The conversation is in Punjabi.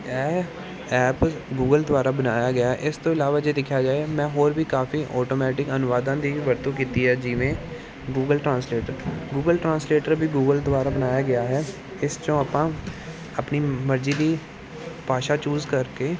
ਇਹ ਐਪ ਗੂਗਲ ਦੁਆਰਾ ਬਣਾਇਆ ਗਿਆ ਇਸ ਤੋਂ ਇਲਾਵਾ ਜੇ ਦੇਖਿਆ ਜਾਏ ਮੈਂ ਹੋਰ ਵੀ ਕਾਫੀ ਔਟੋਮੈਟਿਕ ਅਨੁਵਾਦਾਂ ਦੀ ਵਰਤੋਂ ਕੀਤੀ ਹੈ ਜਿਵੇਂ ਗੂਗਲ ਟ੍ਰਾਂਸਲੇਟਰ ਗੂਗਲ ਟ੍ਰਾਂਸਲੇਟਰ ਵੀ ਗੂਗਲ ਦੁਆਰਾ ਬਣਾਇਆ ਗਿਆ ਹੈ ਇਸ 'ਚੋਂ ਆਪਾਂ ਆਪਣੀ ਮਰਜ਼ੀ ਦੀ ਭਾਸ਼ਾ ਚੂਜ਼ ਕਰਕੇ